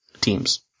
teams